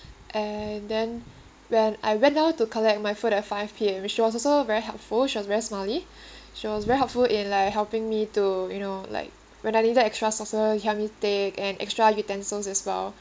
and then when I went down to collect my food at five P_M she was also very helpful she was very smiley she was very helpful in like helping me to you know like when I needed extra sauces help me take and extra utensils as well